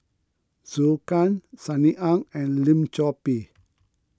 Zhou Can Sunny Ang and Lim Chor Pee